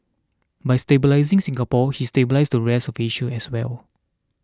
by stabilising Singapore he stabilised the rest of Asia as well